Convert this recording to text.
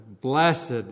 Blessed